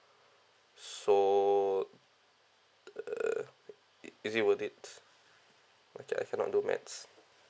so uh is it worth it I I cannot do maths